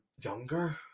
younger